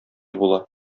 була